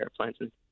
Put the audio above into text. airplanes